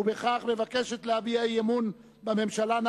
ובכך היא מבקשת להביע אי-אמון בממשלה.